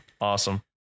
Awesome